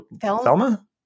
Thelma